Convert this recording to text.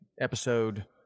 episode